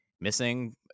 missing